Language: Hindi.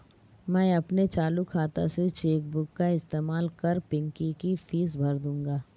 मैं अपने चालू खाता से चेक बुक का इस्तेमाल कर पिंकी की फीस भर दूंगा